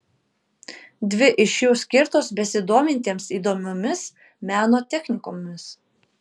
dvi iš jų skirtos besidomintiems įdomiomis meno technikomis